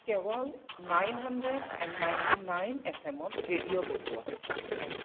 কেৱল nine hundred and ninety nine F M radio বজোৱা